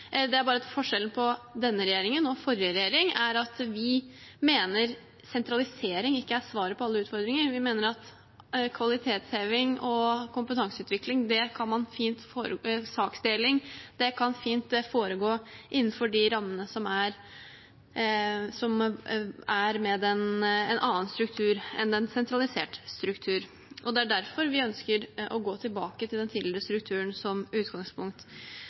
det er bare at forskjellen på denne regjeringen og forrige regjering er at vi mener sentralisering ikke er svaret på alle utfordringer. Vi mener at kvalitetsheving, kompetanseutvikling og saksdeling fint kan foregå innenfor de rammene som er, med en annen struktur enn den sentraliserte strukturen, og det er derfor vi ønsker å gå tilbake til den tidligere strukturen som utgangspunkt.